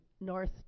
North